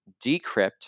decrypt